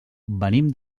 venim